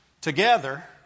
together